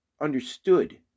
understood